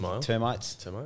termites